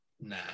Nah